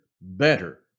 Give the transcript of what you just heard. better